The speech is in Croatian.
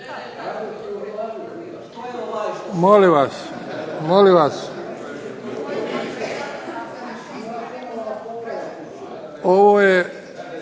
Molim vas, molim vas. …